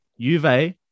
Juve